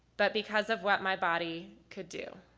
but because of what my body could do.